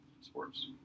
sports